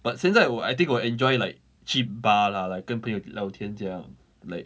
but 现在我 I think 我 enjoy like 去 bar lah like 跟朋友聊天这样 like